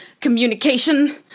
communication